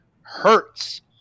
Hurts